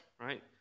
right